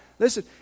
Listen